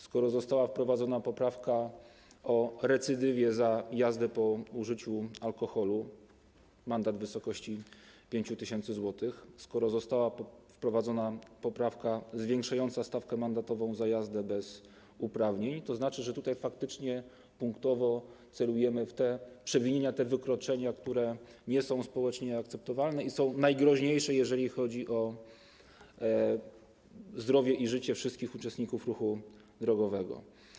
Skoro została wprowadzona poprawka o recydywie za jazdę po użyciu alkoholu - mandat w wysokości 5 tys. zł, skoro została wprowadzona poprawka zwiększająca stawkę mandatową za jazdę bez uprawnień, to oznacza, że tutaj faktycznie punktowo celujemy w te przewinienia, wykroczenia, które nie są społecznie akceptowalne i są najgroźniejsze, jeżeli chodzi o zdrowie i życie wszystkich uczestników ruchu drogowego.